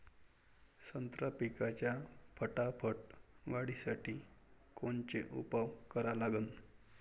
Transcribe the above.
संत्रा पिकाच्या फटाफट वाढीसाठी कोनचे उपाव करा लागन?